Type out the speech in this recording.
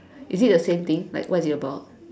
is it the same thing like what is it about